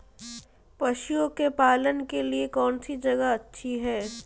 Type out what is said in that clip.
पशुओं के पालन के लिए कौनसी जगह अच्छी है?